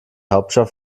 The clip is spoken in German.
hauptstadt